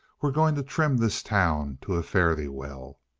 we're going to trim this town to a fare-thee-well!